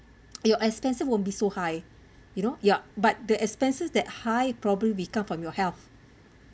your expenses won't be so high you know ya but the expenses that high probably be come from your health